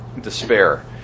despair